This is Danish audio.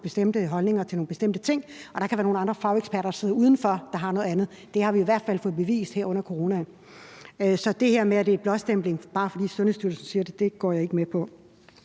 bestemte holdninger til nogle bestemte ting, og der kan være nogle andre fageksperter, der sidder udenfor, der mener noget andet; det har vi i hvert fald fået bevist her under coronaen. Så det her med, at det er en blåstempling, bare fordi Sundhedsstyrelsen siger det, går jeg ikke med på.